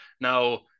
Now